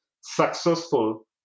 successful